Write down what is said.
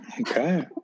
okay